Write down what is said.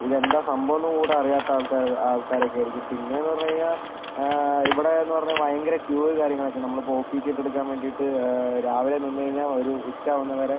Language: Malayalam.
ഇതെന്താ സംഭവമെന്ന് കൂടെ അറിയാത്ത ആൾക്കാര് ആൾകാരൊക്കെയായിരിക്കും പിന്നെന്ന് പറഞ്ഞു കഴിഞ്ഞാൽ ഇവിടെന്ന് പറഞ്ഞാൽ ഭയങ്കര ക്യുവ് കാര്യങ്ങളൊക്കെ നമ്മളിപ്പോൾ ഒ പി ചീട്ട് എടുക്കാൻ വേണ്ടിയിട്ട് രാവിലെ നിന്ന് കഴിഞ്ഞാൽ ഒരു ഉച്ചയാകുന്നത് വരെ